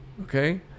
Okay